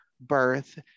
birth